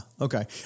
Okay